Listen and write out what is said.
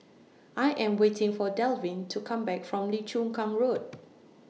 I Am waiting For Dalvin to Come Back from Lim Chu Kang Road